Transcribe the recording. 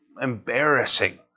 embarrassing